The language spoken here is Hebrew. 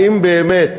האם באמת